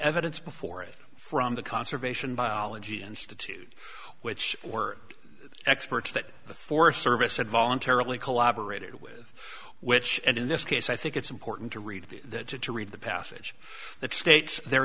evidence before it from the conservation biology institute which were experts that the forest service had voluntarily collaborated with which and in this case i think it's important to read the to read the passage that states there